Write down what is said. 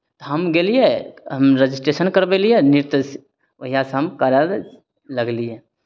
तऽ हम गेलियै हम रजिस्ट्रेशन करबेलियै नृत्य सि ओहियासँ हम करय लगलियै